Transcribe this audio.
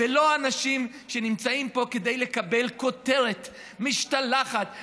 ולא אנשים שנמצאים פה כדי לקבל כותרת משתלחת,